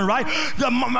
Right